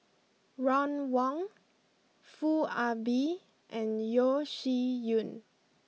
Ron Wong Foo Ah Bee and Yeo Shih Yun